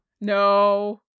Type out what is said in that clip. No